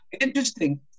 Interesting